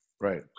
Right